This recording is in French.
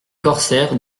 corsaires